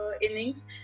innings